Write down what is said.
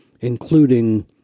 including